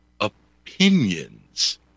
opinions